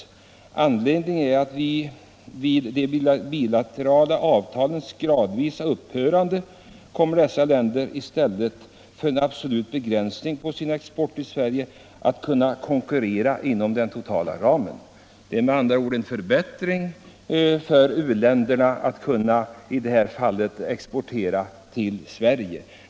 Anledningen är att vid de bilaterala avtalens gradvisa upphörande kommer dessa länder i stället för en absolut begränsning på sin export till Sverige att kunna konkurrera inom den totala ramen.” Det är med andra ord fråga om en förbättring av u-ländernas möjligheter att exportera till Sverige.